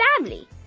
family